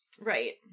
right